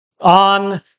on